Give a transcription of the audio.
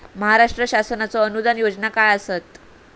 महाराष्ट्र शासनाचो अनुदान योजना काय आसत?